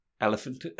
Elephant